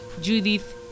judith